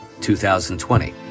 2020